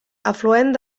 afluent